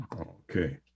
Okay